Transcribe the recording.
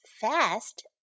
fast